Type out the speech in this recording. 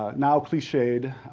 ah now cliched